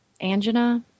Angina